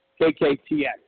KKTX